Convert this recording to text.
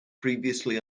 previously